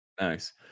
nice